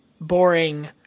boring